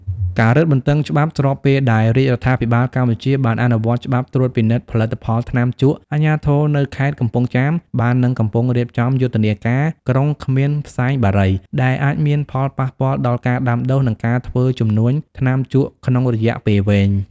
ការរឹតបន្តឹងច្បាប់ ស្របពេលដែលរាជរដ្ឋាភិបាលកម្ពុជាបានអនុវត្តច្បាប់ត្រួតពិនិត្យផលិតផលថ្នាំជក់ អាជ្ញាធរនៅខេត្តកំពង់ចាមបាននិងកំពុងរៀបចំយុទ្ធនាការ ក្រុងគ្មានផ្សែងបារី ដែលអាចមានផលប៉ះពាល់ដល់ការដាំដុះ និងការធ្វើជំនួញថ្នាំជក់ក្នុងរយៈពេលវែង។